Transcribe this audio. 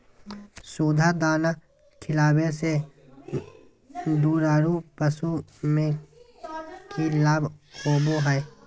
सुधा दाना खिलावे से दुधारू पशु में कि लाभ होबो हय?